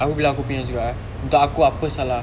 aku bilang aku punya juga ah untuk aku apa salah